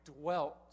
dwelt